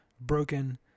broken